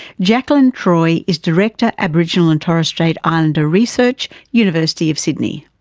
jakelin troy is director, aboriginal and torres strait islander research, university of sydney.